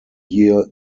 year